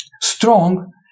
strong